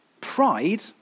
Pride